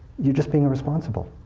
you're just being irresponsible.